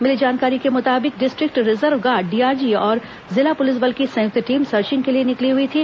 मिली जानकारी को मुताबिक डिस्ट्रिक्ट रिजर्व गार्ड डीआरजी और जिला पुलिस बल की संयुक्त टीम सर्चिंग के लिए निकली थी